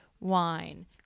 wine